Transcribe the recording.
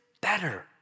better